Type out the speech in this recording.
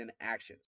actions